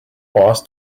boss